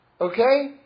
Okay